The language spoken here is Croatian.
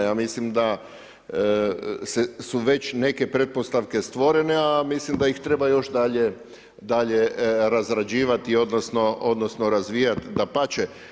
Ja mislim da su već neke pretpostavke stvorene, a mislim da ih treba još dalje razrađivati, odnosno razvijat dapače.